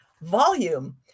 volume